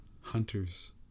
hunters